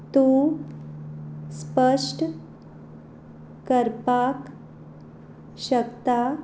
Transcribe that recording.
तूं स्पश्ट करपाक शकता